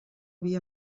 via